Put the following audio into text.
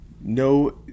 no